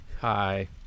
Hi